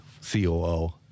C-O-O